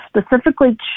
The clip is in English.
specifically